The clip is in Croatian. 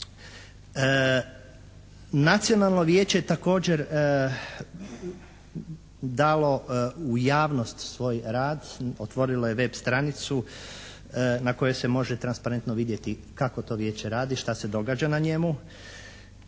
Nacionalno vijeće također je dalo u javnost svoj rad. Otvorilo je web stranicu na kojoj se može transparentno vidjeti kako to Vijeće radi, šta se događa na njemu.